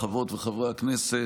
חברות וחברי הכנסת,